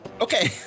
Okay